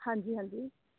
ਹਾਂਜੀ ਹਾਂਜੀ